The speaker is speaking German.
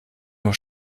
nur